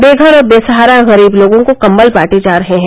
बेघर और बेसहारा गरीब लोगों को कम्बल बांटे जा रहे हैं